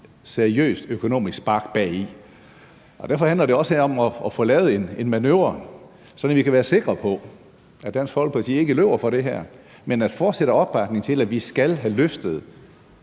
seriøst økonomisk spark bagi. Derfor handler det også her om at få lavet en manøvre, så vi kan være sikre på, at Dansk Folkeparti ikke løber fra det her, men at der fortsat er opbakning til, at vi skal have løftet